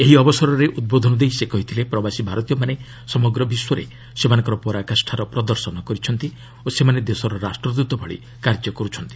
ଏହି ଅବସରରେ ଉଦ୍ବୋଧନ ଦେଇ ସେ କହିଥିଲେ ପ୍ରବାସୀ ଭାରତୀୟମାନେ ସମଗ୍ର ବିଶ୍ୱରେ ସେମାନଙ୍କର ପରାକାଷ୍ଠାର ପ୍ରଦର୍ଶନ କରୁଛନ୍ତି ଓ ସେମାନେ ଦେଶର ରାଷ୍ଟ୍ରଦୂତ ଭଳି କାର୍ଯ୍ୟ କରୁଛନ୍ତି